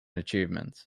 achievements